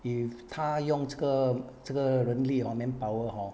if 他用这个这个人力 wrongly or manpower hor